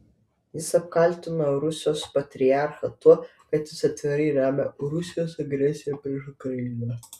jis apkaltino rusijos patriarchą tuo kad jis atvirai remia rusijos agresiją prieš ukrainą